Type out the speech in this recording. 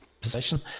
position